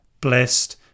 blessed